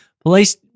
Police